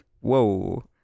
Whoa